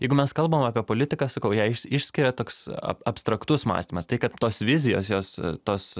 jeigu mes kalbam apie politiką sakau ją iš išskiria toks ab abstraktus mąstymas tai kad tos vizijos jos tos